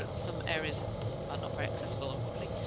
but some areas are not very accessible unfortunately.